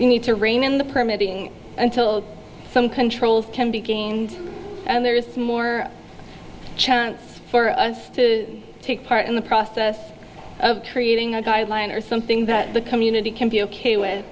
we need to rein in the permitting until some control can be gained and there is more chance for us to take part in the process of creating a guideline or something that the community can be ok with